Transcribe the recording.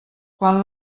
quan